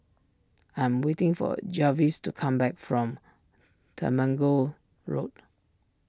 I am waiting for Jarvis to come back from Temenggong Road